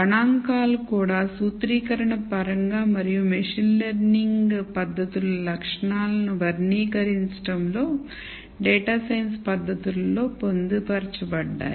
గణాంకాలు కూడా సూత్రీకరణ పరంగా మరియు మెషీన్ లెర్నింగ్ పద్ధతుల లక్షణాలను వర్నికరించడం లో డేటా సైన్స్ పద్ధతుల లో పొందుపరచబడ్డాయి